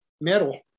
metal